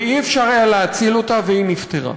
ולא היה אפשר להציל אותה והיא נפטרה.